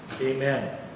amen